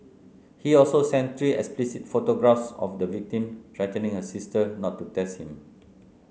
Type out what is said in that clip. he also sent three explicit photographs of the victim threatening her sister not to test him